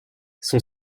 son